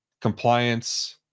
compliance